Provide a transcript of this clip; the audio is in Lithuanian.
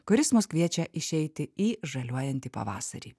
kuris mus kviečia išeiti į žaliuojantį pavasarį